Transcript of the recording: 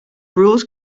rules